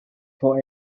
for